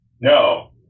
No